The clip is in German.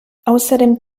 außerdem